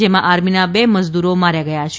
જેમાં આર્મીના બે મજદુરો માર્યા ગયા છે